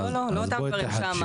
לא, לא, לא אותם דברים שאמרתי.